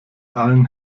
allen